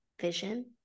vision